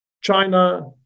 china